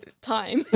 time